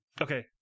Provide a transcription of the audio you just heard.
okay